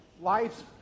Life's